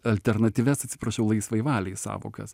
alternatyvias atsiprašau laisvai valiai sąvokas